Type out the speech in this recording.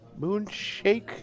Moonshake